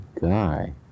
guy